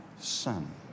son